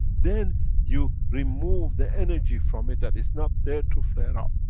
then you remove the energy from it that it's not there to flare up.